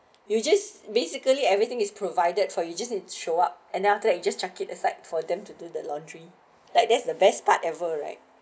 you just basically everything is provided for you just show up and then after that you just chuck it aside for them to do the laundry like that's the best part ever right